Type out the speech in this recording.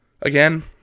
Again